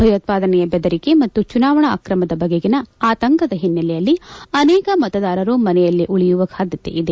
ಭಯೋತ್ವಾದನೆಯ ಬೆದರಿಕೆ ಮತ್ತು ಚುನಾವಣಾ ಅಕ್ರಮದ ಬಗೆಗಿನ ಆತಂಕದ ಹಿನ್ನೆಲೆಯಲ್ಲಿ ಅನೇಕ ಮತದಾರರು ಮನೆಯಲ್ಲೇ ಉಳಿಯುವ ಸಾಧ್ಯತೆ ಇದೆ